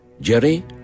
Jerry